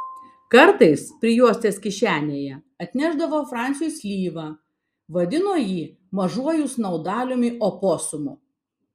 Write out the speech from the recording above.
kartais prijuostės kišenėje atnešdavo fransiui slyvą vadino jį mažuoju snaudaliumi oposumu